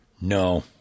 No